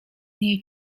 niej